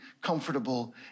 comfortable